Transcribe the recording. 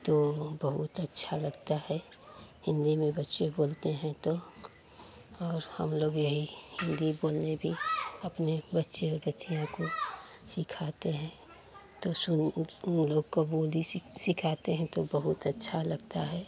तो बहुत अच्छा लगता है हिन्दी में बच्चे बोलते हैं तो और हम लोग यही हिन्दी बोलने भी अपने बच्चे और बच्चियों को सिखाते हैं तो सुन उन लोग को बोली सिखाते हैं तो बहुत अच्छा लगता है